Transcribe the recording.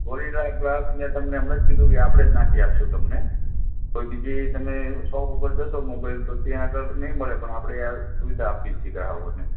gorilla glass મેં તમને હમણાં જ કીધું આપણે જ નાખી આપીશું તમને કોઈ બીજી તમે સોપ ઉપર જશો તો મોબાઈલ તો ત્યાં આગળ નહીં મળે પણ આપણે આ સુવિધા આપીએ છીએ ગ્રાહકોને